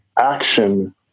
action